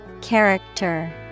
Character